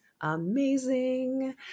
amazing